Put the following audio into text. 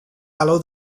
allow